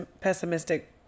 pessimistic